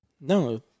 No